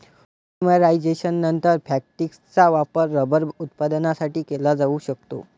पॉलिमरायझेशननंतर, फॅक्टिसचा वापर रबर उत्पादनासाठी केला जाऊ शकतो